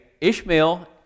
Ishmael